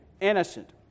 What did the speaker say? innocent